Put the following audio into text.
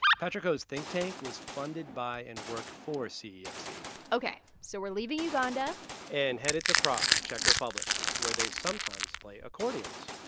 patrick ho's think tank was funded by and worked for cefc ok, so we're leaving uganda and headed to prague, czech republic, where they sometimes play accordions